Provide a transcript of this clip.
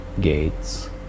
gates